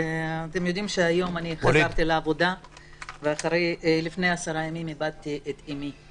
אתם יודעים שהיום חזרתי לעבודה ולפני עשרה ימים איבדתי את אימי.